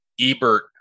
ebert